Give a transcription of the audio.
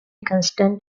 constant